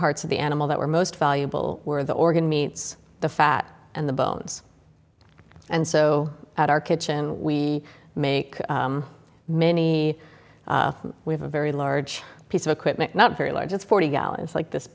parts of the animal that were most valuable were the organ meats the fat and the bones and so at our kitchen we make many we have a very large piece of equipment not very large it's forty gallons like this